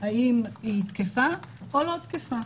האם היא תקפה או לא תקפה.